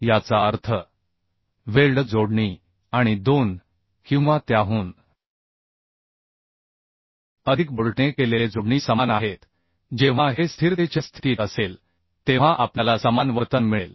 याचा अर्थ वेल्ड जोडणी आणि दोन किंवा त्याहून अधिक बोल्टने केलेले जोडणी समान आहेत जेव्हा हे स्थिरतेच्या स्थितीत असेल तेव्हा आपल्याला समान वर्तन मिळेल